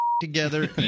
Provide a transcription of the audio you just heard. together